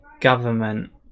government